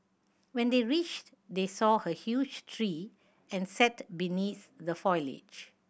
when they reached they saw a huge tree and sat beneath the foliage